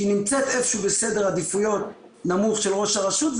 שנמצאת איפשהו בסדר עדיפויות נמוך של ראש הרשות,